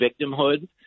victimhood